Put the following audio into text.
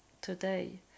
today